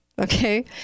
Okay